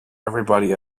everybody